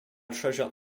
treasure